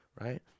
right